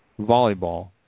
volleyball